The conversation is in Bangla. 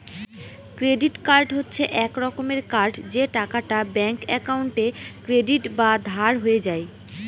ক্রেডিট কার্ড হচ্ছে এক রকমের কার্ড যে টাকাটা ব্যাঙ্ক একাউন্টে ক্রেডিট বা ধার হয়ে যায়